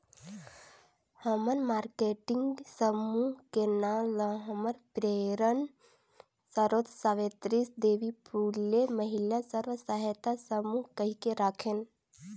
हमन मारकेटिंग समूह के नांव ल हमर प्रेरन सरोत सावित्री देवी फूले महिला स्व सहायता समूह कहिके राखेन